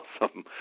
awesome